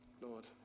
Lord